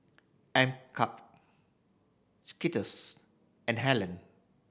M KUP Skittles and Helen